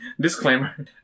disclaimer